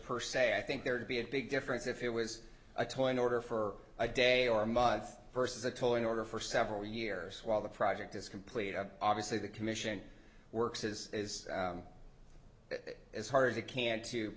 per se i think there'd be a big difference if it was a toy in order for a day or month versus a toll in order for several years while the project is completed obviously the commission works is it is hard to kant to